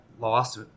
lost